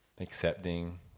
accepting